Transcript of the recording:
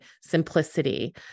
simplicity